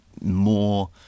more